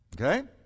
Okay